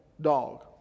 dog